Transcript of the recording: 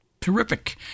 terrific